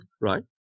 right